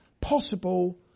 possible